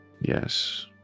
Yes